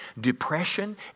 depression